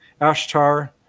Ashtar